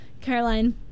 Caroline